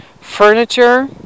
Furniture